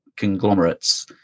conglomerates